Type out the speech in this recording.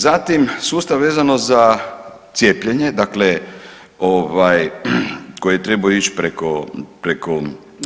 Zatim sustav vezano za cijepljenje dakle koji je trebao ići